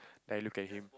then I look at him